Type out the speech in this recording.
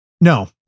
No